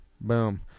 Boom